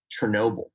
Chernobyl